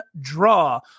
draw